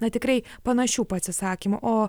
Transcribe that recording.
na tikrai panašių pasisakymų o